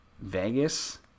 Vegas